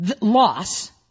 loss